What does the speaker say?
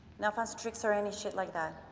no fast tricks or any shit like that,